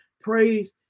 praise